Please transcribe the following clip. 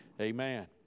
Amen